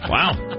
Wow